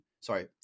sorry